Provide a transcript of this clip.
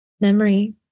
memory